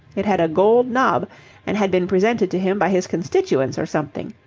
it had a gold knob and had been presented to him by his constituents or something.